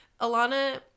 Alana